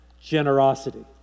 generosity